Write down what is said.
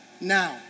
now